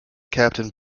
captained